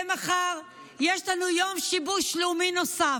ומחר יש לנו יום שיבוש לאומי נוסף.